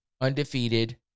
undefeated